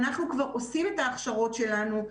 אנחנו כבר עושים את ההכשרות שלנו,